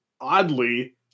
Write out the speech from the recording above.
oddly